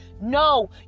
No